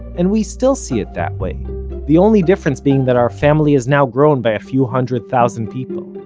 and we still see it that way the only difference being that our family has now grown by a few hundred thousand people.